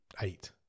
eight